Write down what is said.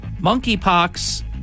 Monkeypox